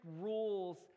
rules